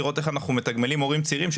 לראות איך אנחנו מתגמלים מורים צעירים,